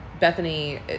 Bethany